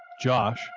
Josh